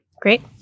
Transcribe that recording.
Great